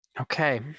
Okay